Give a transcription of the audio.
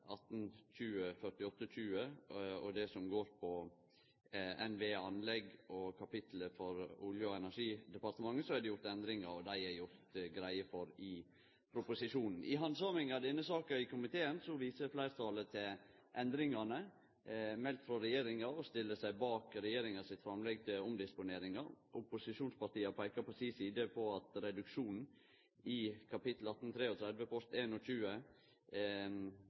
1820 og 4820 og det som går på NVE-anlegg, og på kapitlet for Olje- og energidepartementet er det gjort endringar, og dei er det gjort greie for i proposisjonen. I handsaminga av denne saka i komiteen viser fleirtalet til endringane melde frå regjeringa og stiller seg bak regjeringa sitt framlegg til omdisponeringar. Opposisjonspartia peikar på si side på reduksjonen i